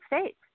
States